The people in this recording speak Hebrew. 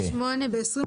סעיף